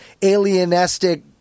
alienistic